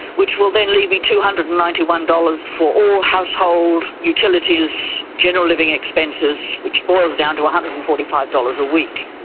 which will then leave me two hundred and ninety one dollars for all household utilities, general living expenses, which boils down to one hundred and forty five dollars a week.